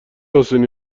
حسینی